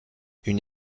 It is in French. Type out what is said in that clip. une